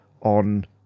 on